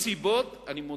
אני מודה,